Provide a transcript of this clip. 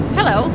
Hello